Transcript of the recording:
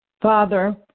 Father